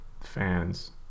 fans